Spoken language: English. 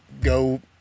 Go